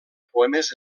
poemes